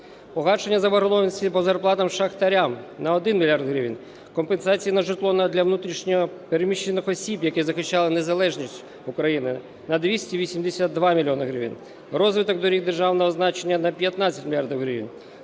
погашення заборгованості по зарплатах шахтарям – на 1 мільярд гривень; компенсації на житло для внутрішньо переміщених осіб, які захищали незалежність України – на 282 мільйони гривень; розвиток доріг державного значення – на 15 мільярдів